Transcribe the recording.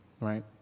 right